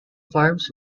farms